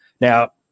Now